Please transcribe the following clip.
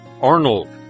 Arnold